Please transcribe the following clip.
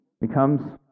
becomes